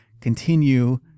continue